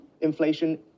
Inflation